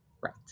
Right